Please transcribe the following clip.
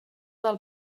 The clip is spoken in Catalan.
del